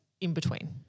in-between